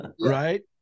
Right